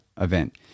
event